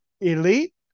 Elite